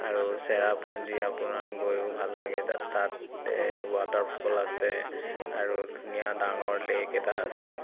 আৰু চেৰাপুঞ্জী আপোনাৰ গৈয়ো ভাল লাগে তাত তাত ৱাটাৰফল আছে আৰু ধুনীয়া ডাঙৰ লেক এটা আছে